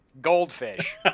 Goldfish